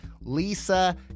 Lisa